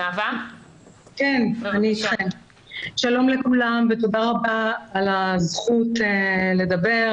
שלום לכולם ותודה רבה על זכות הדיבור